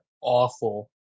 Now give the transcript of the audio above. awful